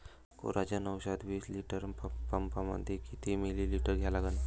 Coragen औषध विस litre पंपामंदी किती मिलीमिटर घ्या लागन?